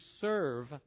serve